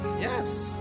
Yes